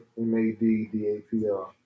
m-a-d-d-a-p-r